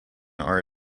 are